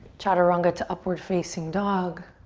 chaturanga to upward facing dog.